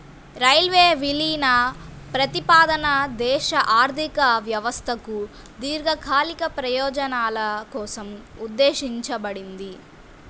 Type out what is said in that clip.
railway విలీన ప్రతిపాదన దేశ ఆర్థిక వ్యవస్థకు దీర్ఘకాలిక ప్రయోజనాల కోసం ఉద్దేశించబడింది